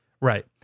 right